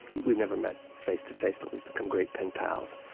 we've never met face to face, but we've become great pen pals.